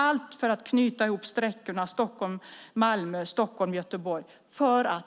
Allt är för att knyta ihop sträckorna Stockholm-Malmö och Stockholm-Göteborg.